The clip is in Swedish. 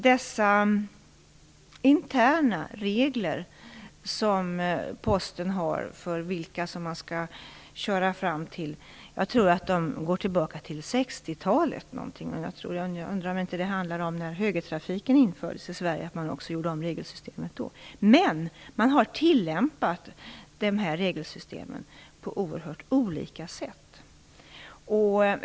De interna regler som Posten har för vilka man skall köra fram till tror jag går tillbaka till 60-talet. Jag undrar om det inte handlar om att man också gjorde om regelsystemet när högertrafiken infördes i Sverige. Men man har tillämpat detta regelsystem på oerhört olika sätt.